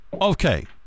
okay